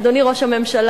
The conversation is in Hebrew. אדוני ראש הממשלה,